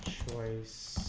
choice